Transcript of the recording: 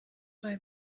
why